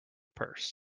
purse